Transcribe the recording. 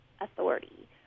authority